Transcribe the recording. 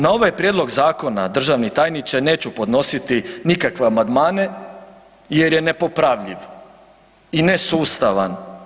Na ovaj prijedlog zakona, državni tajniče neću podnositi nikakve amandmane jer je nepopravljiv i nesustavan.